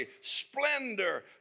splendor